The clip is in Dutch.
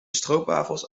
stroopwafels